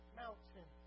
mountain